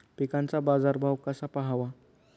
पिकांचा बाजार भाव कसा पहावा?